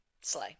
slay